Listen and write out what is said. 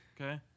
Okay